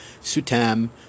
sutam